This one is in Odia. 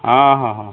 ହଁ ହଁ ହଁ